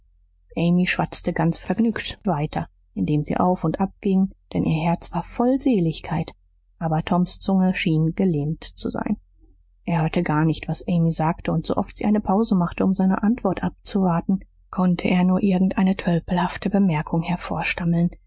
amy schwatzte ganz vergnügt weiter indem sie auf und ab gingen denn ihr herz war voll seligkeit aber toms zunge schien gelähmt zu sein er hörte gar nicht was amy sagte und so oft sie eine pause machte um seine antwort abzuwarten konnte er nur irgend eine tölpelhafte bemerkung